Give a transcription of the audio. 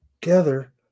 together